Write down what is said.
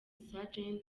sgt